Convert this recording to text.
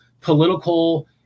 political